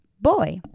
boy